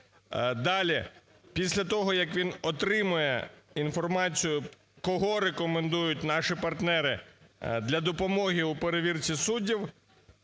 Далі. Після того як він отримає інформацію, кого рекомендують наші партнери для допомоги у перевірці суддів,